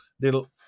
little